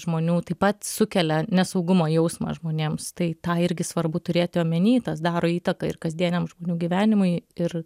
žmonių taip pat sukelia nesaugumo jausmą žmonėms tai tą irgi svarbu turėti omeny tas daro įtaką ir kasdieniam žmonių gyvenimui ir